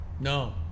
No